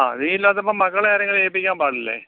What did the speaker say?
ആ നീയില്ലാത്തപ്പം മക്കളെ ആരെയെങ്കിലും ഏൽപ്പിക്കാൻ പാടില്ലേ